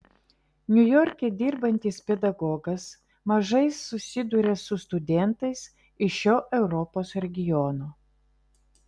niujorke dirbantis pedagogas mažai susiduria su studentais iš šio europos regiono